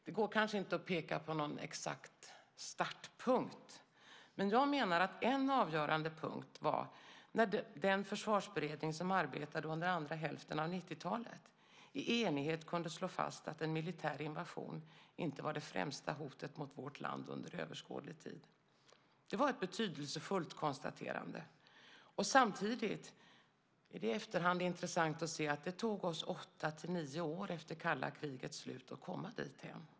Det går kanske inte att peka på någon exakt startpunkt, men jag menar att en avgörande punkt var när den försvarsberedning som arbetade under andra hälften av 90-talet i enighet kunde slå fast att en militär invasion inte var det främsta hotet mot vårt land under överskådlig tid. Det var ett betydelsefullt konstaterande. Samtidigt är det i efterhand intressant att se att det tog oss åtta nio år efter kalla krigets slut att komma dithän.